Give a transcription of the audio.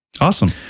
awesome